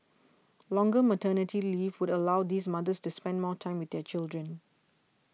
longer maternity leave would allow these mothers to spend more time with their children